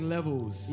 Levels